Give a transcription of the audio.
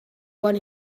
when